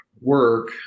work